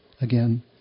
again